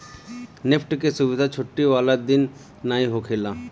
NEFT के सुविधा छुट्टी वाला दिन नाइ होखेला